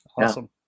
Awesome